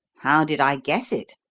how did i guess it?